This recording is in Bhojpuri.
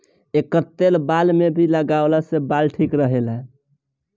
एकर तेल बाल में भी लगवला से बाल ठीक रहेला